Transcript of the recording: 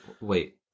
wait